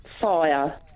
fire